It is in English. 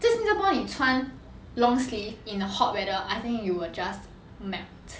在新加坡你穿 long sleeve in a hot weather I think you will just melt